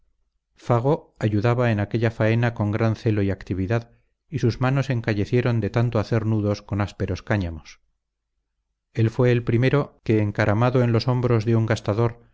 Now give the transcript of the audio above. fago ayudaba en aquella faena con gran celo y actividad y sus manos encallecieron de tanto hacer nudos con ásperos cáñamos él fue el primero que encaramado en los hombros de un gastador